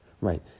right